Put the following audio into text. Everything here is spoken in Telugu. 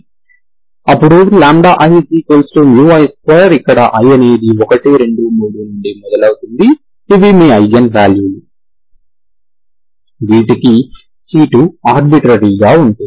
అప్పుడు ii2 ఇక్కడ i అనేది 1 2 3 నుండి మొదలవుతుంది ఇవి మీ ఐగెన్ వాల్యూలు వీటికి c2 ఆర్బిట్రరీ గా ఉంటుంది